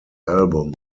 album